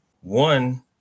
one